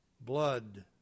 blood